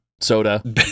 Soda